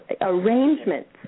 arrangements